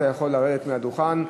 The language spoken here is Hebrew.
אתה יכול לרדת מהדוכן.